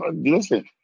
listen